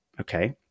okay